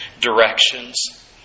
directions